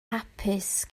hapus